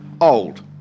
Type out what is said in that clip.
old